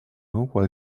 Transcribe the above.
while